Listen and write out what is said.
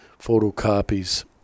photocopies